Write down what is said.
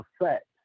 effect